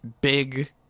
big